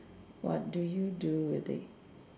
what do you do with it